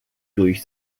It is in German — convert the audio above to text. durch